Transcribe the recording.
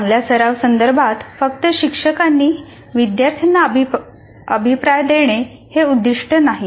चांगल्या सराव संदर्भात फक्त शिक्षकांनी विद्यार्थ्यांना अभिप्राय देणे हे उद्दिष्ट नाही